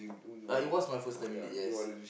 ya it was my first time in it yes